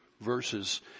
verses